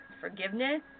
forgiveness